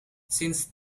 since